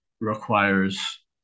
requires